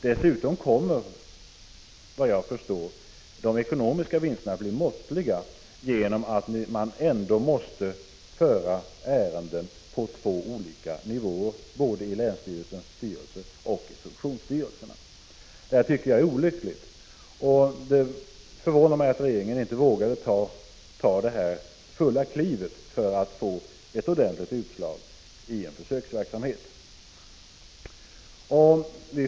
Dessutom kommer, vad jag förstår, de ekonomiska vinsterna att bli måttliga genom att man ändå måste föra ärenden på två olika nivåer, både i länsstyrelsens styrelse och i funktionsstyrelserna. Det här tycker jag är olyckligt. Det förvånar mig att regeringen inte vågade ta det fulla klivet för att få ett ordentligt utslag i en försöksverksamhet.